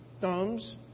thumbs